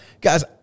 Guys